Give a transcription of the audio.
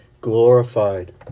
glorified